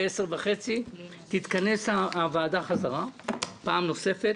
ב-10:30 תתכנס הוועדה חזרה פעם נוספת.